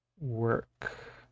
work